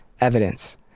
evidence